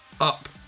up